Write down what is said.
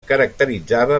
caracteritzava